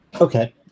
Okay